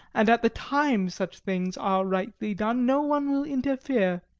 and at the time such things are rightly done, no one will interfere.